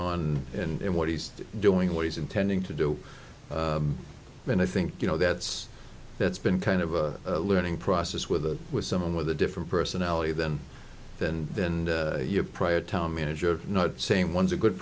on and what he's doing what he's intending to do and i think you know that's that's been kind of a learning process with the with someone with a different personality than than than your prior town manager not saying one's a good